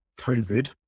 COVID